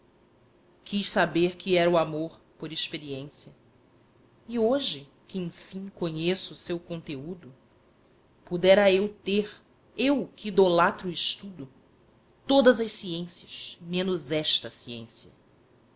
quis saber que era o amor por experiência e hoje que enfim conheço o seu conteúdo pudera eu ter eu que idolatro o estudo todas as ciências menos esta ciência